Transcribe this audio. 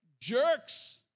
jerks